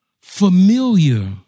familiar